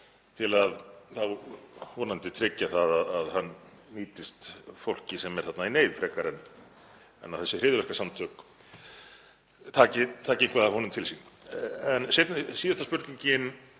til að þá vonandi tryggja að hann nýtist fólki sem er þarna í neyð frekar en að þessi hryðjuverkasamtök taki eitthvað af honum til sín. En síðasta spurningin,